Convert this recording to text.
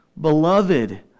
Beloved